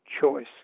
choice